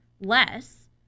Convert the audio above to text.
less